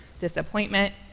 disappointment